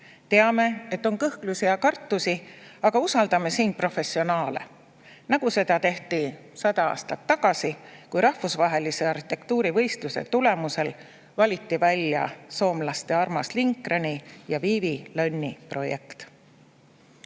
Teame, et on kõhklusi ja kartusi, aga usaldame siin professionaale, nagu seda tehti sada aastat tagasi, kui rahvusvahelise arhitektuurivõistluse tulemusel valiti välja soomlaste Armas Lindgreni ja Wivi Lönni projekt.